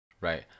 right